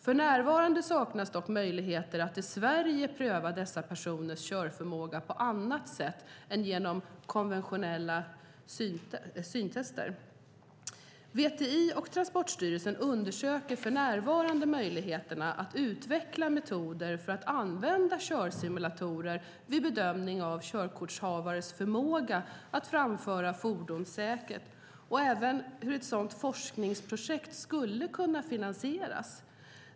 För närvarande saknas dock möjligheter att i Sverige pröva dessa personers körförmåga på annat sätt än genom konventionella syntester. VTI och Transportstyrelsen undersöker för närvarande möjligheterna att utveckla metoder för att använda körsimulatorer vid bedömning av körkortshavares förmåga att framföra fordon säkert, och även hur ett sådant forskningsprojekt skulle kunna finansieras.